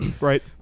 Right